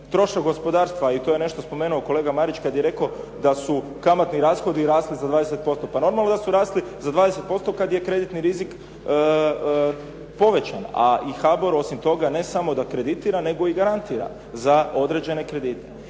trošak gospodarstva i to je nešto spomenuo kolega Marić kad je rekao da su kamatni rashodi rasli za 20%. Pa normalno da su rasli za 20% kad je kreditni rizik povećan a i HBOR osim toga ne samo da kreditira nego i garantira za određene kredite.